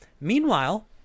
Meanwhile